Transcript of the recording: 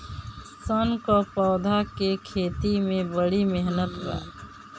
सन क पौधा के खेती में बड़ी मेहनत बा